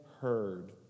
heard